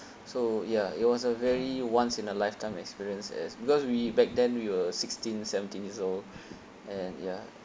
so ya it was a very once in a lifetime experience as because we back then we were sixteen seventeen years old and ya